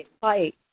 fight